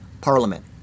parliament